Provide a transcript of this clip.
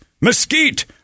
Mesquite